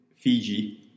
Fiji